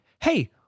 Hey